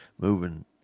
moving